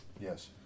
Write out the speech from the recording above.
Yes